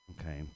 Okay